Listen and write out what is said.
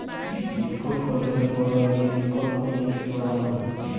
school কলেজে পড়ুয়াদের economics পোড়ানা হয়